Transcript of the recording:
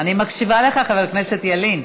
אני מקשיבה לך, חבר הכנסת ילין.